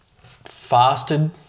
fasted